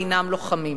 אינם לוחמים.